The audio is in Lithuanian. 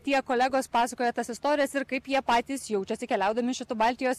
tie kolegos pasakoja tas istorijas ir kaip jie patys jaučiasi keliaudami šitu baltijos